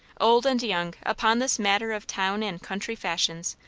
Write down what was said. old and young, upon this matter of town and country fashions,